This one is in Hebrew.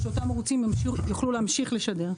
שאותם ערוצים יוכלו להמשיך לשדר.